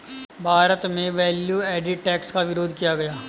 भारत में value added tax का विरोध किया गया